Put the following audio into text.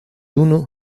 uno